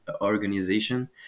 organization